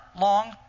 long